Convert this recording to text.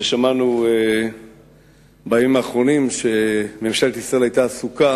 ושמענו בימים האחרונים שממשלת ישראל היתה עסוקה